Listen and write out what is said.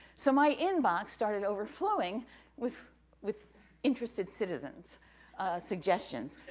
so, my inbox started overflowing with with interested citizens' suggestions.